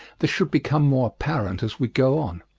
this should become more apparent as we go on.